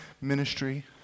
ministry